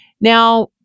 Now